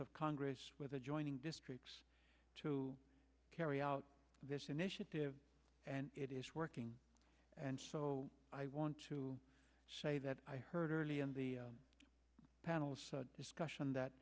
of congress with adjoining districts to carry out this initiative and it is working and so i want to say that i heard earlier in the panel discussion that